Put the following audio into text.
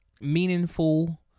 meaningful